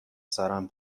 سرم